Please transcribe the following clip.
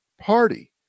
Party